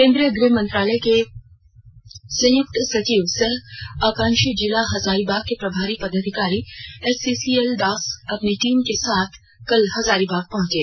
केंद्रीय गृह मंत्रालय के संयुक्त सचिव सह आकांक्षी जिला हजारीबाग के प्रभारी पदाधिकारी एससीएल दास अँपनी टीम के साथ कल हजारीबाग पहुंचे